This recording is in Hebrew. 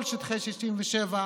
כל שטחי 67',